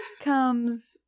Comes